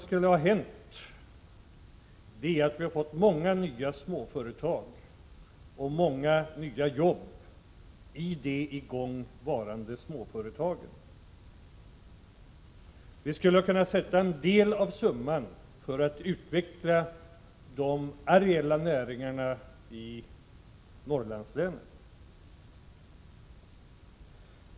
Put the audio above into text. Vi hade fått många nya småföretag och många nya jobb i de redan i gång varande småföretagen. Vi skulle ha kunnat avsätta en del av summan till att utveckla de areella näringarna i Norrlandslänen.